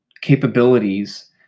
capabilities